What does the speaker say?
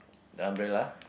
the umbrella